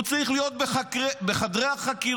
הוא היה צריך להיות בחדרי החקירות.